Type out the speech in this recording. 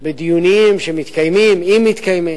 לדיונים שמתקיימים, אם מתקיימים.